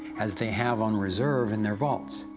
as they have on reserve in their vaults.